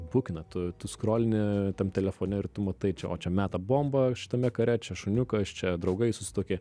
bukina tu tu skrolini tam telefone ir tu matai čia o čia meta bombą šitame kare čia šuniukas čia draugai susituokė